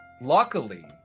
luckily